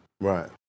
Right